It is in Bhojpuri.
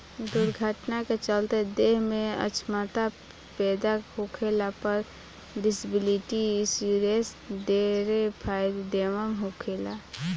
दुर्घटना के चलते देह में अछमता पैदा होखला पर डिसेबिलिटी इंश्योरेंस ढेरे फायदेमंद होखेला